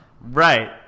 Right